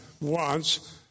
wants